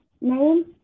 name